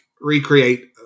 recreate